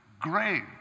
Great